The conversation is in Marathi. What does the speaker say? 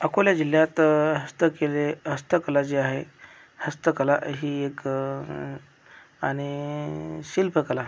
अकोला जिल्ह्यात हस्तकला हस्तकला जी आहे हस्तकला ही एक आणि शिल्पकला